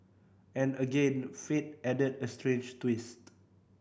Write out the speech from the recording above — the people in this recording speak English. and again fate added a straights twist